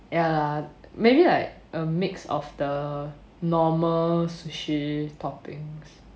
ya maybe like a mix of the normal sushi toppings